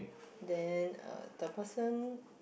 then uh the person